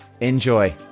Enjoy